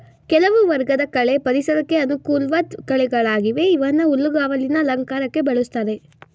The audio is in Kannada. ಕೆಲವು ವರ್ಗದ ಕಳೆ ಪರಿಸರಕ್ಕೆ ಅನುಕೂಲ್ವಾಧ್ ಕಳೆಗಳಾಗಿವೆ ಇವನ್ನ ಹುಲ್ಲುಗಾವಲಿನ ಅಲಂಕಾರಕ್ಕೆ ಬಳುಸ್ತಾರೆ